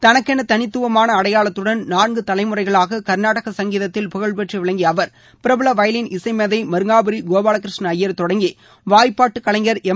தனக்கென தனித்துவமான அடையாளத்துடன் நான்கு தலைமுறைகளாக ன்நாடக சங்கீதத்தில் புகழ் பெற்று விளங்கிய அவர் பிரபல வயலின் இசை மேதை மருங்காபுரி கோபாலகிருஷ்ண ஜயர் தொடங்கி வாய்ப்பாட்டு கலைஞர் எம்